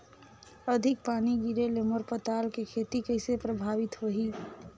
अधिक पानी गिरे ले मोर पताल के खेती कइसे प्रभावित होही?